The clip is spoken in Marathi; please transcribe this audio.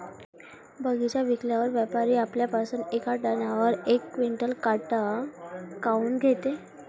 बगीचा विकल्यावर व्यापारी आपल्या पासुन येका टनावर यक क्विंटल काट काऊन घेते?